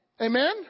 Amen